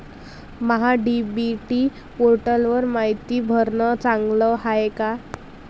महा DBT पोर्टलवर मायती भरनं चांगलं हाये का?